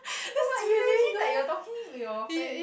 oh my imagine like you are talking with your friend